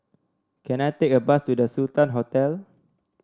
can I take a bus to The Sultan Hotel